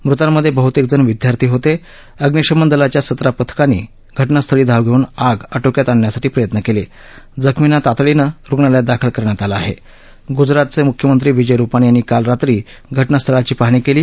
मृतांमध डिहुतक् जण विद्यार्थी होत अभ्निशमन दलाच्या सतरा पथकांनी घटनास्थळी धाव घस्तिन आग आटोक्यात आणण्यासाठी प्रयत्न कल्ला जखमींना तातडीन क्रिग्णालयात दाखल करण्यात आलं आहा गुजरातचे मुख्यमंत्री विजय रुपानी यांनी काल रात्री घटनास्थळी पहाणी केली